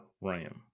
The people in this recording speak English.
RAM